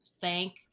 thank